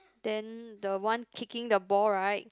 then the one kicking the ball right